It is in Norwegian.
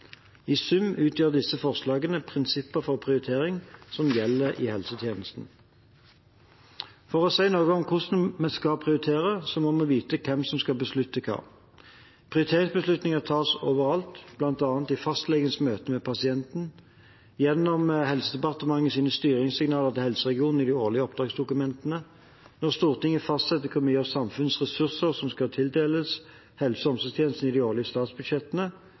I sum utgjør disse forslagene prinsipper for prioritering som gjelder i helsetjenesten. For å si noe om hvordan vi skal prioritere, må vi vite hvem som skal beslutte hva. Prioriteringsbeslutninger tas overalt, bl.a. i fastlegens møte med pasienten, gjennom Helsedepartementets styringssignaler til helseregionene i de årlige oppdragsdokumentene, når Stortinget fastsetter hvor mye av samfunnets ressurser som skal tildeles helse- og omsorgstjenesten i de årlige statsbudsjettene,